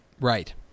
Right